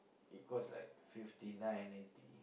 it cost like fifty nine ninety